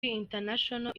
international